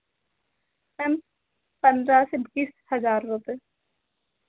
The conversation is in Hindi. मैम पंद्रह से बीस हज़ार रुपए